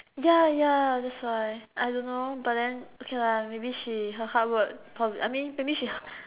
ya ya that's why I don't know but then okay lah maybe she her handwork cause I mean maybe she